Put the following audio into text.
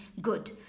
good